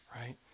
right